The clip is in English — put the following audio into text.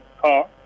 car